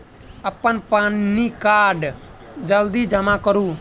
अप्पन पानि कार्ड जल्दी जमा करू?